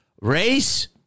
Race